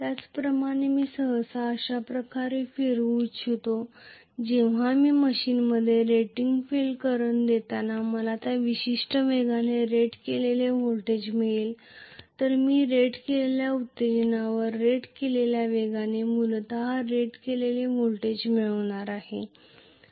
त्याचप्रमाणे मी सहसा अशा प्रकारे फिरवू इच्छितो जेव्हा मी मशीनमध्ये रेटेड फील्ड करंट देताना मला त्या विशिष्ट वेगाने रेट केलेले व्होल्टेज मिळेल तर मी रेट केलेल्या उत्तेजनावर रेट केलेल्या वेगाने मूलतः रेट केलेले व्होल्टेज मिळवणार आहे